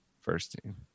First-team